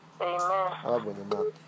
Amen